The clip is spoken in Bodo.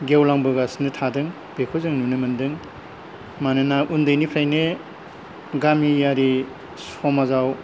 गेवलांबोगासिनो थादों बेखौ जों नुनो मोन्दों मानोना उन्दैनिफ्रायनो गामियारि समाजाव